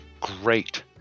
Great